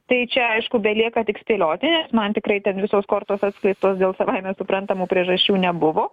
tai čia aišku belieka tik spėlioti nes man tikrai ten visos kortos atskleistos dėl savaime suprantamų priežasčių nebuvo